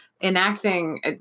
enacting